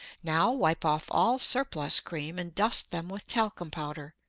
now wipe off all surplus cream and dust them with talcum powder.